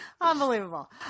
Unbelievable